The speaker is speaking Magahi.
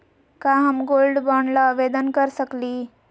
का हम गोल्ड बॉन्ड ल आवेदन कर सकली?